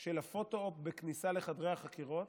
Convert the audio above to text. של הפוטו-אופ בכניסה לחדרי החקירות,